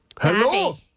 Hello